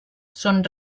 son